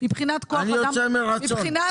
די.